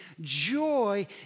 joy